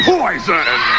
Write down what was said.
Poison